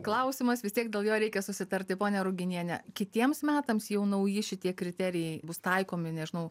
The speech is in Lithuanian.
klausimas vis tiek dėl jo reikia susitarti ponia ruginiene kitiems metams jau nauji šitie kriterijai bus taikomi nežinau